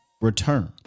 return